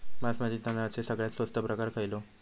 बासमती तांदळाचो सगळ्यात स्वस्त प्रकार खयलो?